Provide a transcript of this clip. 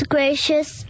Gracious